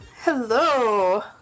Hello